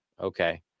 Okay